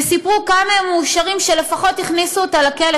וסיפרו כמה הם מאושרים שלפחות הכניסו אותה לכלא.